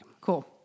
Cool